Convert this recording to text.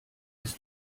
ist